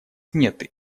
нет